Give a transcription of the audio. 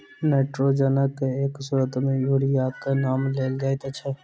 नाइट्रोजनक एक स्रोत मे यूरियाक नाम लेल जाइत छै